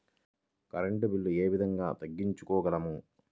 Current bill ఏ విధంగా తగ్గించుకోగలము?